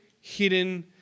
hidden